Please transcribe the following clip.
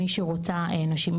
מי שרוצה נשים.